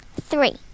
three